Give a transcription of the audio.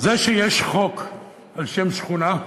זה שיש חוק על שם שכונה,